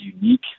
unique